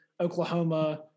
Oklahoma